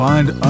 Find